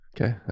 Okay